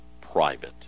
private